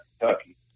Kentucky